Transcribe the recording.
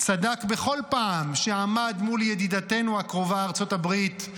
צדק בכל פעם שעמד מול ידידתנו הקרובה ארצות הברית,